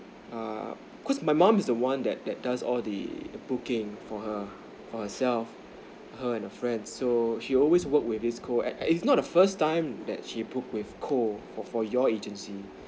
err cause my mom is the one that that does all the booking for her for herself her and her friends so she always work with this koh is is not the first time that she book with koh from your agency